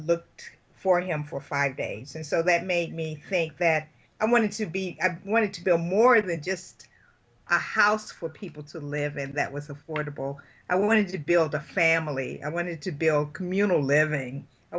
looked for him for five days and so that made me think that i wanted to be wanted to be a more than just a house for people to live and that was affordable i wanted to build a family i wanted to build communal living i